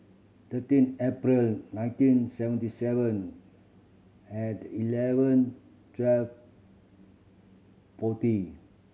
thirteen April nineteen seventy seven at eleven twelve forty